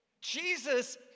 Jesus